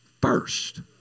first